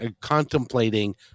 contemplating